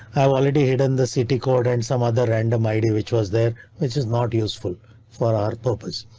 i've already hidden the city code and some other random id which was there which is not useful for our purpose.